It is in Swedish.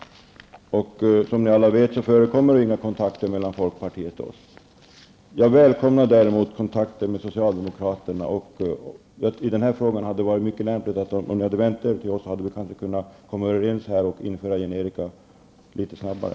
Som alla vet förekommer det inga kontakter mellan folkpartiet och oss. Jag välkomnar däremot kontakter med socialdemokraterna. I den här frågan hade det varit mycket lämpligt att vända sig till oss. Då hade vi kanske kunnat komma överens om att införa generika litet snabbare.